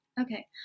Okay